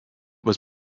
was